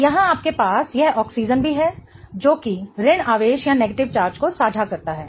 तो यहाँ आपके पास यह ऑक्सीजन भी है जो कि ऋण आवेश को साझा करता है